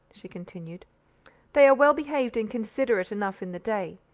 she continued they are well behaved and considerate enough in the day,